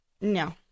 No